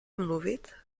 mluvit